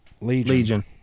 Legion